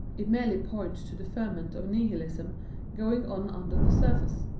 it merely points to the ferment of nihilism going on under the surface,